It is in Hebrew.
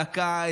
דקה,